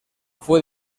fue